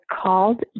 called